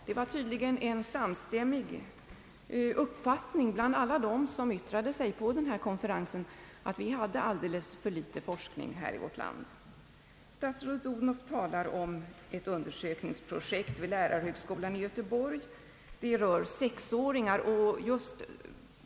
Det var tydligen en samstämmig uppfattning hos alla dem som yttrade sig på denna konferens, att det fanns alldeles för litet forskning på detta område i vårt land. Statsrådet Odhnoff talar om att ett undersökningsprojekt pågår vid lärarhögskolan i Göteborg. Det rör sexåringar.